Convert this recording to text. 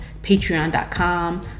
patreon.com